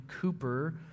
Cooper